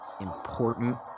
important